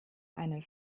einen